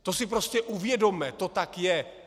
To si prostě uvědomme, to tak je.